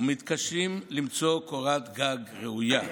והם מתקשים למצוא קורת גג ראויה.